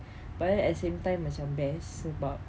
but then at the same time macam best sebab